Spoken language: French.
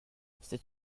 c’est